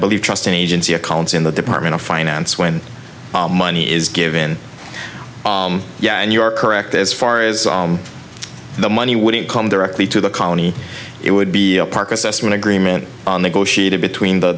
believe trust in agency accounts in the department of finance when money is given yeah and you are correct as far as the money wouldn't come directly to the colony it would be a park assessment agreement on the go sheet a between the